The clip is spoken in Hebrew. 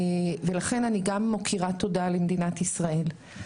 לכן, אני גם מכירה תודה למדינת ישראל.